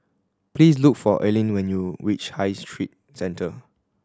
please look for Aline when you reach High Street Centre